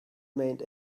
made